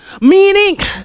meaning